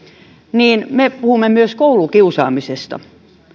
niin me puhumme myös koulukiusaamisesta